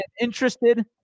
interested